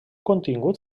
contingut